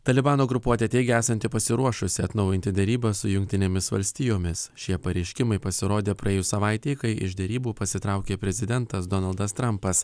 talibano grupuotė teigia esanti pasiruošusi atnaujinti derybas su jungtinėmis valstijomis šie pareiškimai pasirodė praėjus savaitei kai iš derybų pasitraukė prezidentas donaldas trampas